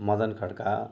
Madan Khadka